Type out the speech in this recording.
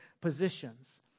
positions